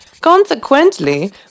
Consequently